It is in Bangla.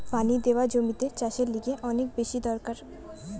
পানি দেওয়া জমিতে চাষের লিগে অনেক বেশি দরকার